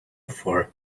for